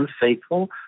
unfaithful